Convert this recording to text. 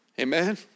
Amen